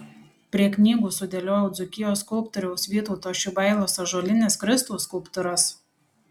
prie knygų sudėliojau dzūkijos skulptoriaus vytauto šibailos ąžuolines kristaus skulptūras